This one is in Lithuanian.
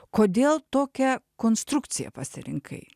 kodėl tokią konstrukciją pasirinkai